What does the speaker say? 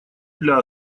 для